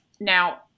Now